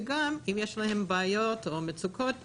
וגם אם יש להן בעיות או מצוקות,